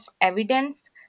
evidence